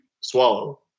swallow